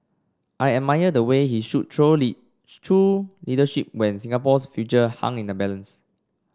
I admire the way he showed truly true leadership when Singapore's future hung in the balance